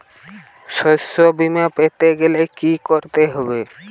শষ্যবীমা পেতে গেলে কি করতে হবে?